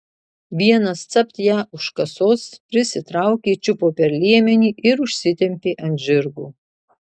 vienas capt ją už kasos prisitraukė čiupo per liemenį ir užsitempė ant žirgo